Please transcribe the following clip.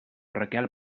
raquel